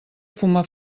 fuma